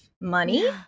money